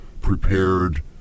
prepared